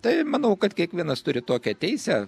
tai manau kad kiekvienas turi tokią teisę